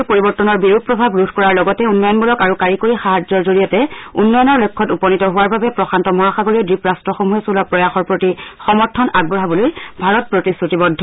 শ্ৰীমোডীয়ে কয় যে জলবায়ু পৰিৱৰ্তনৰ বিৰূপ প্ৰভাৱ ৰোধ কৰাৰ লগতে উন্নয়নমূলক আৰু কাৰিকৰী সাহায্যৰ জৰিয়তে উন্নযনৰ লক্ষ্যত উপনীত হোৱাৰ বাবে প্ৰশান্ত মহাসাগৰীয় দ্বীপৰাট্টসমূহে চলোৱা প্ৰয়াসৰ প্ৰতি সমৰ্থন আগবঢ়াবলৈ ভাৰত প্ৰতিশ্ৰতিবদ্ধ